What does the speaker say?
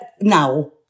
now